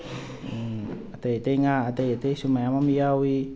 ꯑꯇꯩ ꯑꯇꯩ ꯉꯥ ꯑꯇꯩ ꯑꯇꯩꯁꯨ ꯃꯌꯥꯝ ꯑꯃ ꯊꯥꯎꯏ